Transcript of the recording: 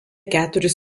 keturis